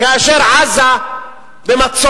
כאשר עזה במצור,